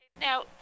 Now